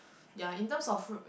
ya in terms of